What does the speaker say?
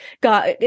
got